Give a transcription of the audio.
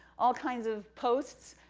all kinds of posts,